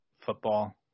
football